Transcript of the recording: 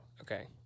Okay